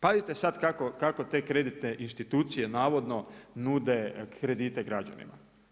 Pazite sad kako te kreditne institucije navodno nude kredite građanima.